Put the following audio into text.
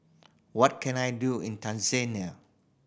what can I do in Tanzania